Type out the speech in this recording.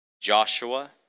Joshua